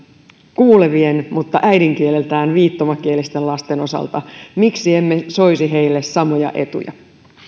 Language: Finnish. kuulevien mutta äidinkieleltään viittomakielisten lasten osalta miksi emme soisi heille samoja etuja